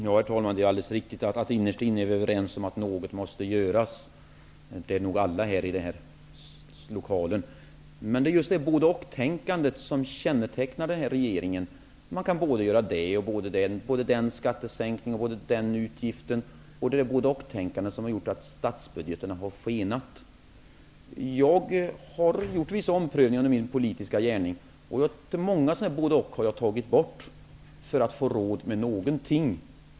Herr talman! Det är alldeles riktigt att vi innerst inne är överens om att något måste göras. Det är vi nog alla här i lokalen. Det är just detta både--och-tänkande som kännetecknar den här regeringen. Man kan både göra den skattesänkningen och ha den utgiften. Det är både--och-tänkandet som har gjort att statsbudgeten har skenat i väg. Jag har gjort vissa omprövningar under min politiska gärning. Jag har tagit bort många både-- och för att få råd med någonting.